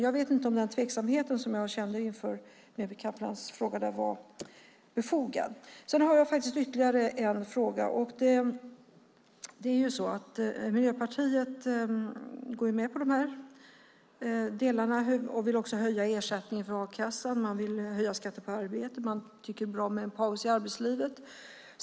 Jag vet inte om den tveksamhet jag kände inför Mehmet Kaplans fråga var befogad. Sedan har jag ytterligare en fråga. Miljöpartiet går med på dessa delar och vill också höja ersättningen för a-kassan. Man vill höja skatten på arbete, och man tycker att det är bra med en paus i arbetslivet.